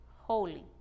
holy